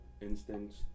Instincts